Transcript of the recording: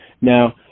Now